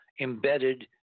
embedded